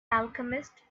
alchemist